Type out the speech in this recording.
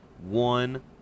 one